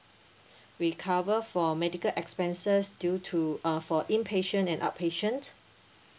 we cover for medical expenses due to uh for inpatient an outpatient